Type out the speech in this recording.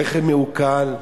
הרכב מעוקל,